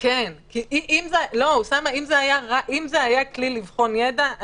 אם היה כלי לבחון ידע,